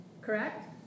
Correct